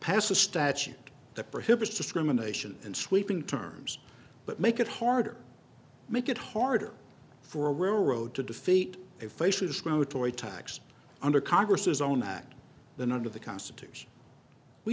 passed a statute that prohibits discrimination and sweeping terms but make it harder make it harder for a railroad to defeat it faces a tax under congress's own act than under the constitution we